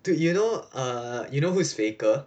dude you know err you know who's faker